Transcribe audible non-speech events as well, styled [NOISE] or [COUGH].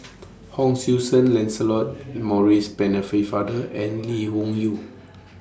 Hon Sui Sen Lancelot Maurice Penne [UNINTELLIGIBLE] Father and Lee Wung Yew